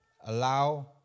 Allow